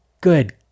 good